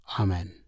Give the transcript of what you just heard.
amen